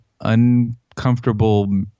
uncomfortable